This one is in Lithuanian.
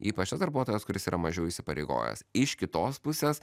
ypač tas darbuotojas kuris yra mažiau įsipareigojęs iš kitos pusės